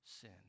sin